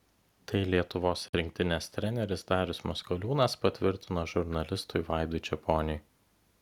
tai lietuvos rinktinės treneris darius maskoliūnas patvirtino žurnalistui vaidui čeponiui